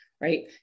right